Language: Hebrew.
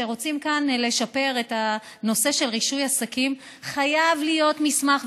רוצים כאן לשפר את הנושא של רישוי עסקים: חייב להיות מסמך,